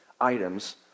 items